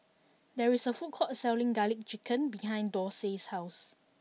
there is a food court selling Garlic Chicken behind Dorsey's house